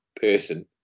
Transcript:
person